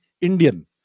Indian